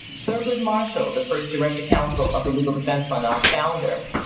thurgood marshall, the first director counsel of the legal defense fund, our founder,